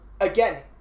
again